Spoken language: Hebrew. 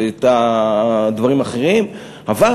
ואת הדברים האחרים, אבל